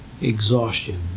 exhaustion